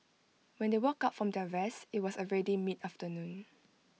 when they woke up from their rest IT was already mid afternoon